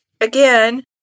again